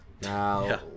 Now